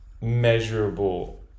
measurable